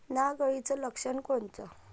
नाग अळीचं लक्षण कोनचं?